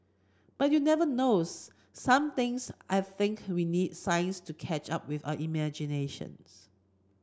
but you never knows some things I think we need science to catch up with our imagination